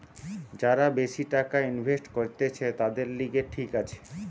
যারা বেশি টাকা ইনভেস্ট করতিছে, তাদের লিগে ঠিক আছে